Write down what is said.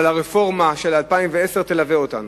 אבל הרפורמה של 2010 תלווה אותנו,